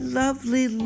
lovely